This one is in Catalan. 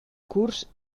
curs